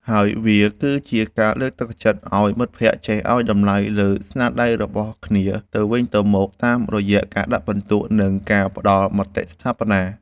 ហើយវាគឺជាការលើកទឹកចិត្តឱ្យមិត្តភក្តិចេះឱ្យតម្លៃលើស្នាដៃរបស់គ្នាទៅវិញទៅមកតាមរយៈការដាក់ពិន្ទុ និងការផ្ដល់មតិស្ថាបនា។